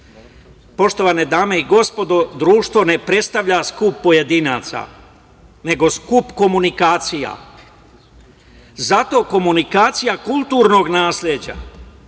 Poštovane dame i gospodo, društvo ne predstavlja skup pojedinaca, nego skup komunikacija. Zato komunikacija kulturnog nasleđa